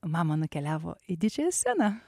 mama nukeliavo į didžiąją sceną